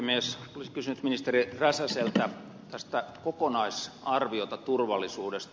olisin kysynyt ministeri räsäseltä kokonaisarviota turvallisuudesta